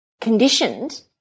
conditioned